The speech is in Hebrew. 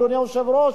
אדוני היושב-ראש.